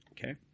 Okay